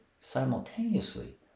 simultaneously